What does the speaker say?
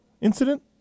incident